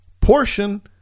portion